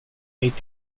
eighth